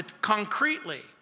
concretely